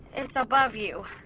it's above you